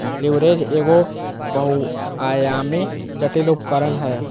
leverage एगो बहुआयामी, जटिल उपकरण हय